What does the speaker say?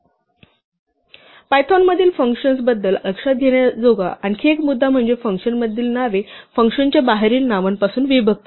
Python मधील functions बद्दल लक्षात घेण्याजोगा आणखी एक मुद्दा म्हणजे फंक्शनमधील नावे फंक्शनच्या बाहेरील नावांपासून विभक्त आहेत